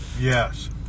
Yes